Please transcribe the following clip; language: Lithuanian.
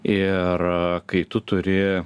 ir kai tu turi